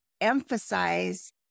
emphasize